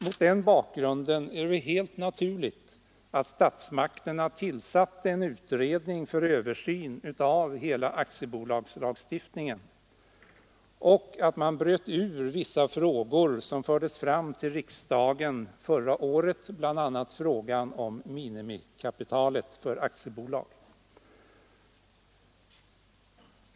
Mot den bakgrunden var det helt naturligt att statsmakterna tillsatte en utredning för översyn av hela aktiebolagslagstiftningen och att man bröt ut vissa frågor som fördes fram till riksdagen förra året, bl.a. frågan om minimikapitalet för aktiebolag.